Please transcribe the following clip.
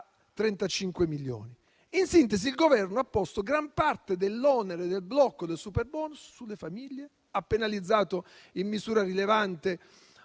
35 milioni. In sintesi, il Governo ha posto gran parte dell'onere del blocco del superbonus sulle famiglie e ha penalizzato in misura rilevante